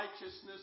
righteousness